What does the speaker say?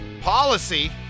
policy